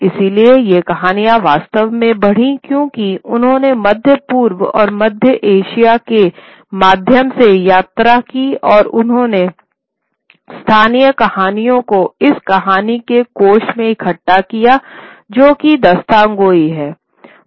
इसलिए ये कहानियां वास्तव में बढ़ीं क्योंकि उन्होंने मध्य पूर्व और मध्य एशिया के माध्यम से यात्रा की और उन्होंने स्थानीय कहानियों को इस कहानी के कोष में इकट्ठा किया जो कि दास्तानगोई हैं